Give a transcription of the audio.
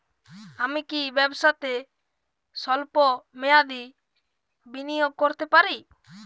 আমি কি ব্যবসাতে স্বল্প মেয়াদি বিনিয়োগ করতে পারি?